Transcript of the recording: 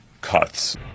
cuts